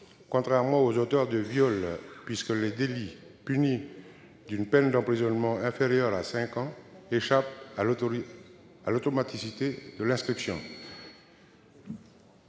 contrairement aux auteurs de viol puisque les délits punis d'une peine d'emprisonnement inférieure à cinq ans échappent à l'automaticité de l'inscription.